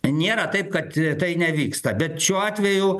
nėra taip kad tai nevyksta bet šiuo atveju